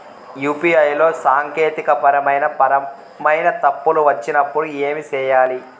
UPI లో సాంకేతికపరమైన పరమైన తప్పులు వచ్చినప్పుడు ఏమి సేయాలి